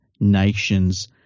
nations